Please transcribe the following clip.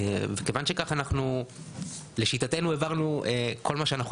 כיוון שכך לשיטתנו העברנו כל מה שאנחנו